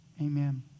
Amen